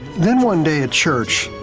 then one day at church,